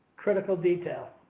critical detail.